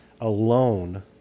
alone